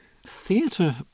Theatre